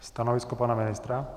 Stanovisko pana ministra?